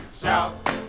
Shout